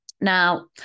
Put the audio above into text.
Now